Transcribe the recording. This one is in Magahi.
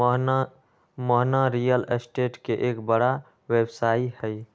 मोहना रियल स्टेट के एक बड़ा व्यवसायी हई